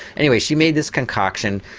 anyway she made this concoction,